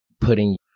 Putting